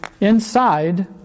inside